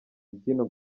mbyino